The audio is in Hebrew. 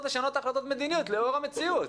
לשנות החלטות מדיניות לאור המציאות.